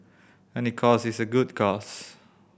any cause is a good cause